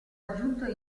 aggiunto